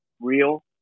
real